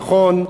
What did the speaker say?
נכון,